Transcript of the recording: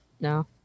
No